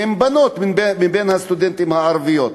הם בנות, בין הסטודנטים הערבים.